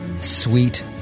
sweet